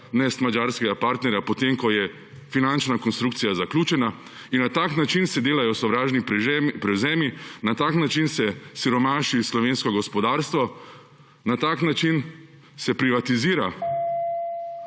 vnesti madžarskega partnerja, ko je finančna konstrukcija zaključena. Na tak način se delajo sovražni prevzemi, na tak način se siromaši slovensko gospodarstvo, na tak način se privatizira